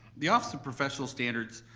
the office of professional standards.